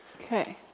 Okay